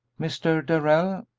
mr. darrell,